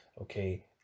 okay